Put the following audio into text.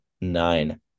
Nine